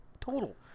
total